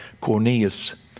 Cornelius